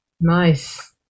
Nice